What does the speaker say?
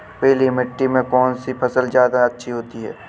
पीली मिट्टी में कौन सी फसल ज्यादा अच्छी होती है?